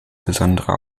besondere